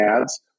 ads